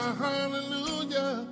hallelujah